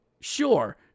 Sure